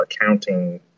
accounting